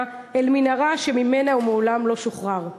אל מנהרה שממנה הוא מעולם לא שוחרר,